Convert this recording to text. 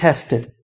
tested